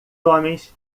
homens